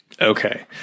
Okay